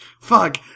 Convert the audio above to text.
Fuck